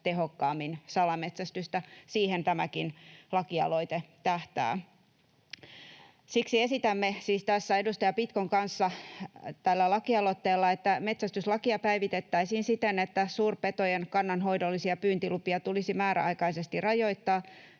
tehokkaammin. Siihen tämäkin lakialoite tähtää. Siksi siis esitämme edustaja Pitkon kanssa tällä lakialoitteella, että metsästyslakia päivitettäisiin siten, että suurpetojen kannanhoidollisia pyyntilupia tulisi määräaikaisesti rajoittaa